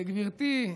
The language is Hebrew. גברתי,